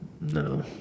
No